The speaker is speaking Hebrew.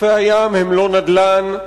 חופי-הים הם לא נדל"ן.